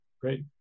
great